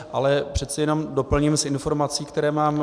Ale přece jenom doplním s informací, kterou mám.